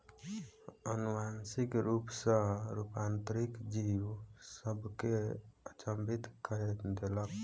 अनुवांशिक रूप सॅ रूपांतरित जीव सभ के अचंभित कय देलक